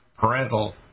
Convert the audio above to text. parental